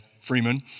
Freeman